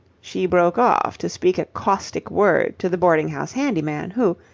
she broke off to speak a caustic word to the boarding-house handyman, who,